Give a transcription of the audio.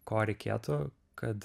ko reikėtų kad